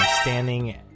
standing